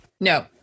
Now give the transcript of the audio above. No